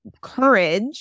courage